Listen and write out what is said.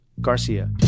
garcia